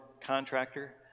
contractor